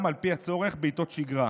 וגם, על פי הצורך, בעיתות שגרה.